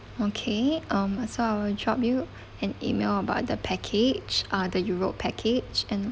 okay um so I will drop you an E-mail about the package uh the europe package and